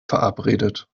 verabredet